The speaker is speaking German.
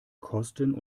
kosten